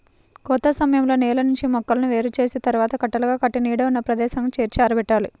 కోత సమయంలో నేల నుంచి మొక్కలను వేరు చేసిన తర్వాత కట్టలుగా కట్టి నీడ ఉన్న ప్రదేశానికి చేర్చి ఆరబెట్టాలి